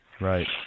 Right